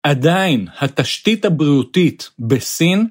עדיין התשתית הבריאותית בסין?